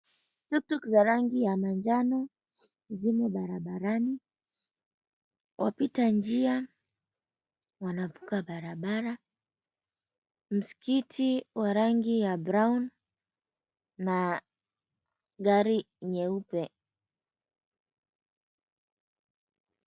Tuktuk za rangi ya manjano zimo barabarani, wapita njia wanavuka barabara, msikiti wa rangi ya brown na gari nyeupe.